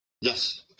Yes